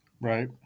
Right